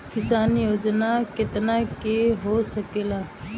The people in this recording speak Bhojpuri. किसान योजना कितना के हो सकेला?